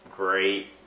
Great